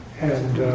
and